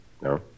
No